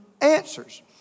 answers